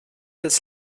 des